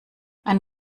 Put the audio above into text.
ein